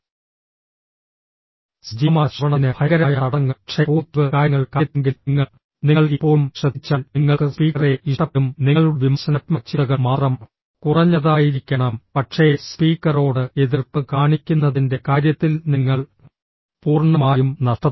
സജീവമായ ശ്രവണത്തിന് ഭയങ്കരമായ തടസ്സങ്ങൾ പക്ഷേ പോസിറ്റീവ് കാര്യങ്ങളുടെ കാര്യത്തിലെങ്കിലും നിങ്ങൾ നിങ്ങൾ ഇപ്പോഴും ശ്രദ്ധിച്ചാൽ നിങ്ങൾക്ക് സ്പീക്കറെ ഇഷ്ടപ്പെടും നിങ്ങളുടെ വിമർശനാത്മക ചിന്തകൾ മാത്രം കുറഞ്ഞതായിരിക്കണം പക്ഷേ സ്പീക്കറോട് എതിർപ്പ് കാണിക്കുന്നതിൻറെ കാര്യത്തിൽ നിങ്ങൾ പൂർണ്ണമായും നഷ്ടത്തിൽ